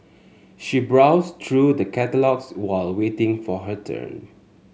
she browsed through the catalogues while waiting for her turn